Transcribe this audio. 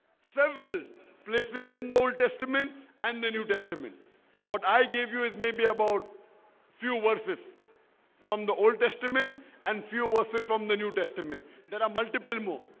several places in the old testament and the new testament what i gave you is maybe about few verses from the old testament and few verses from the new testament there are multiple more